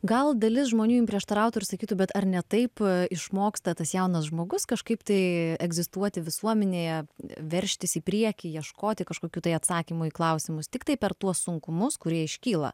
gal dalis žmonių jum prieštarautų ir sakytų bet ar ne taip išmoksta tas jaunas žmogus kažkaip tai egzistuoti visuomenėje veržtis į priekį ieškoti kažkokių tai atsakymų į klausimus tiktai per tuos sunkumus kurie iškyla